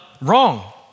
wrong